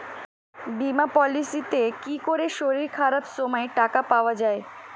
বীমা পলিসিতে কি করে শরীর খারাপ সময় টাকা পাওয়া যায়?